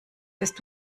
wirst